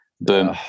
boom